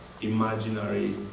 imaginary